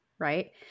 right